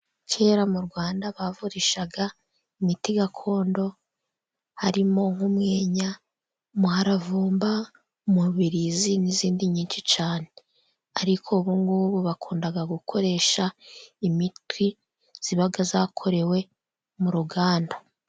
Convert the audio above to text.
Kera mu Rwanda bavurishaga imiti gakondo harimo nk'umwenya umuharavumba, umubirizi n'izindi nyinshi cyane ariko ubungubu bakunda gukoresha imiti iba yakorewe mu ruganda.